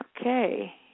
Okay